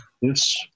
Yes